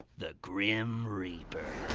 the grim reaper!